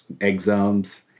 exams